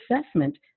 assessment